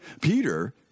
Peter